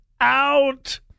out